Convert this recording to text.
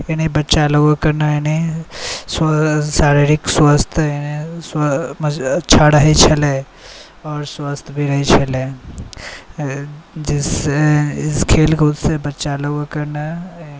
बच्चा लोकके ने शारीरिक स्वस्थ मतलब अच्छा रहै छलै आओर स्वस्थ भी रहै छलै इस खेलकूदसँ बच्चा लोकके ने